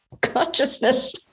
consciousness